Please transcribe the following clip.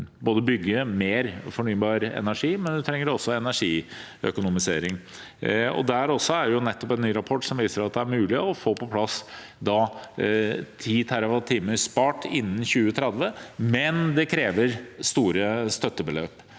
å bygge ut mer fornybar energi, men vi trenger også energiøkonomisering. Der er det en ny rapport som viser at det er mulig å få på plass sparing av 10 TWh innen 2030, men det krever store støttebeløp.